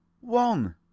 One